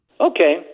Okay